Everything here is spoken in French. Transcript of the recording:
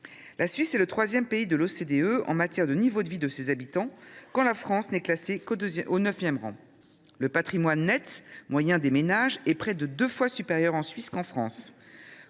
La Suisse est le troisième pays de l’OCDE en matière de niveau de vie de ses habitants, quand la France n’est classée qu’au neuvième rang. Le patrimoine net moyen des ménages est près de deux fois supérieur en Suisse qu’en France.